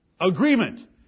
agreement